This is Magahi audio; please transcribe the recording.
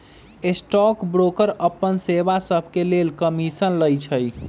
स्टॉक ब्रोकर अप्पन सेवा सभके लेल कमीशन लइछइ